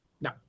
No